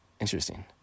Interesting